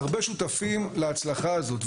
הרבה שותפים להצלחה הזאת,